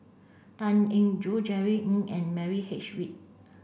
Tan Eng Joo Jerry Ng and Milliam H Read